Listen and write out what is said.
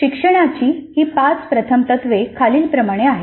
शिक्षणाची ही पाच प्रथम तत्त्वे खालीलप्रमाणे आहेत